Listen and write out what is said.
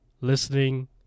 listening